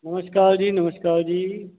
नमस्कार जी नमस्कार जी